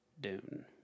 Dune